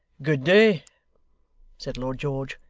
good day said lord george,